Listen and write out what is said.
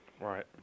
Right